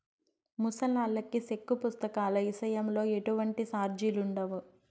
ముసలాల్లకి సెక్కు పుస్తకాల ఇసయంలో ఎటువంటి సార్జిలుండవు